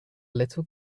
little